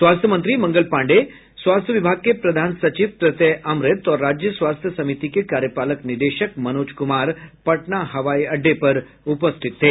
स्वास्थ्य मंत्री मंगल पांडेय स्वास्थ्य विभाग के प्रधान सचिव प्रत्यय अमृत और राज्य स्वास्थ्य समिति के कार्यपालक निदेशक मनोज कुमार पटना हवाई अड़डे पर उपस्थित थे